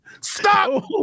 Stop